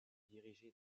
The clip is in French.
dirigé